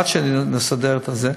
עד שנסדר את זה,